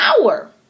power